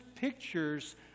pictures